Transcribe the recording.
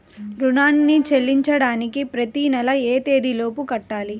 రుణాన్ని చెల్లించడానికి ప్రతి నెల ఏ తేదీ లోపు కట్టాలి?